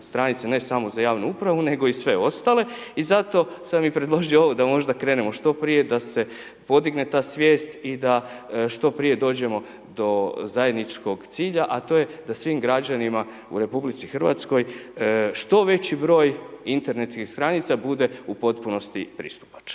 ne samo za javnu upravu nego i sve ostale i zato sam i predložio ovo da možda krenemo što prije da se podigne ta svijest i da što prije dođemo do zajedničkog cilja a to je da svim građanima u RH što veći broj internetskih stranica bude u potpunosti pristupačan.